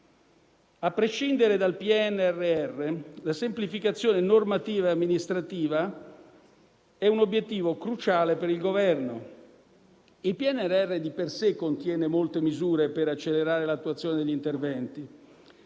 A prescindere dal PNRR, la semplificazione normativa e amministrativa è un obiettivo cruciale per il Governo. Il PNRR di per sé contiene molte misure per accelerare l'attuazione degli interventi.